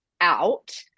out